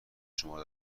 شما